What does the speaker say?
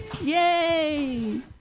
Yay